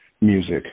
music